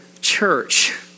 church